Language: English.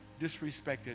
disrespected